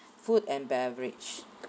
food and beverage